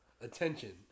attention